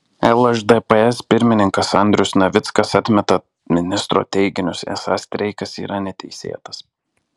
lšdps pirmininkas andrius navickas atmeta ministro teiginius esą streikas yra neteisėtas